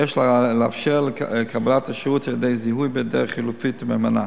ויש לאפשר קבלת השירות על-ידי זיהוי בדרך חלופית ומהימנה.